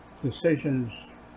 decisions